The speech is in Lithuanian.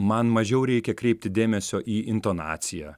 man mažiau reikia kreipti dėmesio į intonaciją